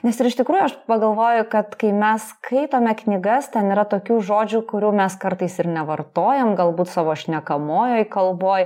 nes ir iš tikrųjų aš pagalvoju kad kai mes skaitome knygas ten yra tokių žodžių kurių mes kartais ir nevartojam galbūt savo šnekamojoj kalboj